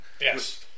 Yes